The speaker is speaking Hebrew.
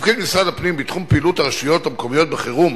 תפקיד משרד הפנים בתחום פעילות הרשויות המקומיות בחירום